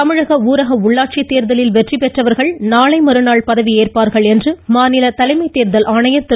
தமிழக ஊரக உள்ளாட்சித் தேர்தலில் வெற்றி பெற்றவர்கள் நாளை மறுநாள் பதவியேற்பார்கள் என்று மாநில தேர்தல் ஆணையர் திரு